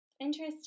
Interesting